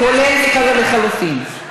כולל לחלופין.